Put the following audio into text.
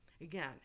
again